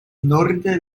norde